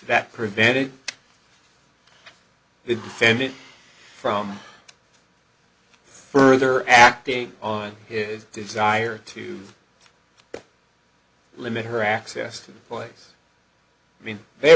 that prevented the defendant from further acting on his desire to limit her access to the place i mean they